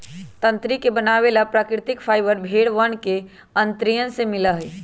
तंत्री के बनावे वाला प्राकृतिक फाइबर भेड़ वन के अंतड़ियन से मिला हई